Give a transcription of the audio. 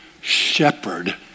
Shepherd